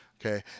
okay